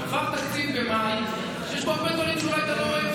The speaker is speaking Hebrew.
עבר תקציב במאי שיש בו הרבה דברים שאולי אתה לא אוהב,